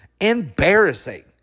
Embarrassing